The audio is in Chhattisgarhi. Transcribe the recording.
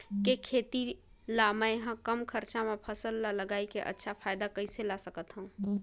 के खेती ला मै ह कम खरचा मा फसल ला लगई के अच्छा फायदा कइसे ला सकथव?